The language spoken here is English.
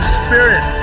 spirit